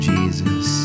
Jesus